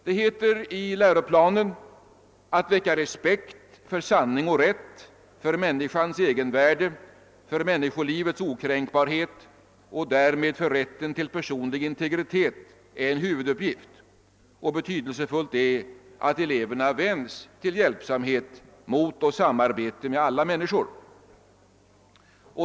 Det heter i läroplanen att det är en huvuduppgift att väcka respekt för sanning och rätt, för människans egenvärde, för människolivets okränkbarhet och därmed för rätten till personlig integritet, och betydelsefullt är att eleverna vänjs till hjälpsamhet mot och samarbete med alla människor.